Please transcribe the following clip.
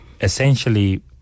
essentially